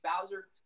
Bowser